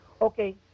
Okay